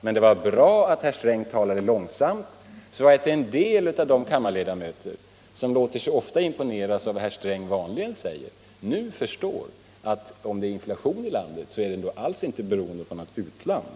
Men det var bra att herr Sträng talade långsamt så att en del av de kammarledamöter som ofta låter sig imponeras av vad herr Sträng vanligen säger nu förstår att inflationen i landet inte alls är beroende av något utland.